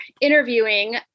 interviewing